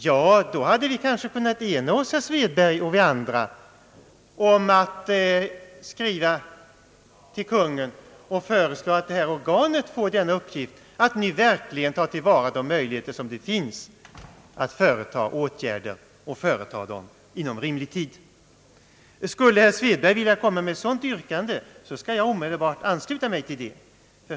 Ja, då hade vi kanske kunnat ena oss, herr Svedberg och vi andra, om att skriva till Kungl. Maj:t och föreslå att detta organ får uppgiften att med vidgade direktiv nu verkligen ta till vara de möjligheter som finns att vidta åtgärder inom rimlig tid. Skulle herr Svedberg vilja göra ett sådant yrkande, skall jag omedelbart ansluta mig till det.